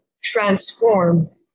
transform